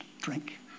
drink